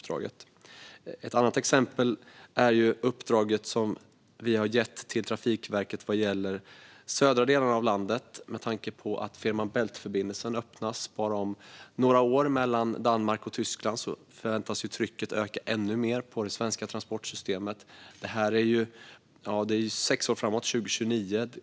Det andra exemplet är det uppdrag som vi har gett till Trafikverket vad gäller de södra delarna av landet. Med tanke på att Fehmarn Bält-förbindelsen öppnas om bara några år mellan Danmark och Tyskland förväntas trycket öka ännu mer på det svenska transportsystemet. Detta är sex år framåt, 2029.